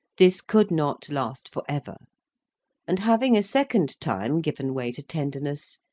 this could not last for ever and, having a second time given way to tenderness,